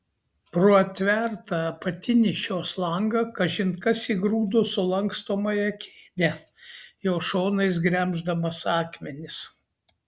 pro atvertą apatinį šios langą kažin kas įgrūdo sulankstomąją kėdę jos šonais gremždamas akmenis